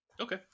Okay